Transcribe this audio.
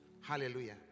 Hallelujah